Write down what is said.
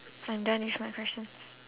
I'm done with my questions